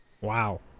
Wow